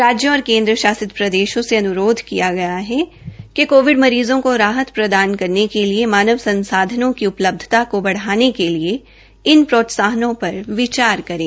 राज्यों और केन्द्र शासित प्रदेशों से अनुरोध किया गया है कोविड मरीज़ों को राहत प्रदान करने के लिए मानव संसाधनों की उपलब्धता बढ़ाने के लिए इन प्रोत्साहनों पर विचार करें